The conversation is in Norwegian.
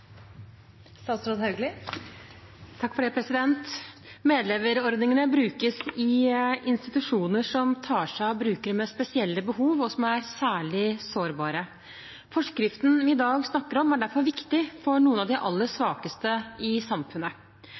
brukes i institusjoner som tar seg av brukere som har spesielle behov og er særlig sårbare. Forskriften vi i dag snakker om, er derfor viktig for noen av de aller svakeste i samfunnet.